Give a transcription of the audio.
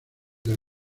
del